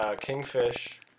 Kingfish